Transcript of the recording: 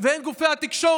והן גופי התקשורת